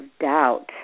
doubt